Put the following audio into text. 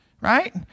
Right